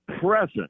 present